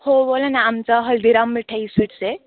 हो बोला ना आमचा हल्दीराम मिठाई स्वीट्स आहे